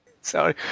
Sorry